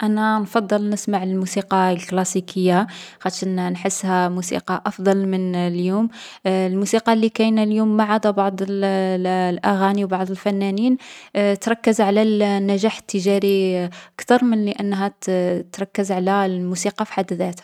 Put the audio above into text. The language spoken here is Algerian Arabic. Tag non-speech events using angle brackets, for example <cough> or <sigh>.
أنا نفضّل نسمع الموسيقى الكلاسيكية لاخطش نـ نحسها موسيقى أفضل من اليوم. <hesitation> الموسيقى لي كاينة اليوم ما عدا بعض الـ <hesitation> الـ الأغاني و بعض الفنانين تركّز على الـ النجاح التجاري كتر من أنها تـ <hesitation> تركز على الموسيقى في حد ذاتها.